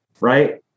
right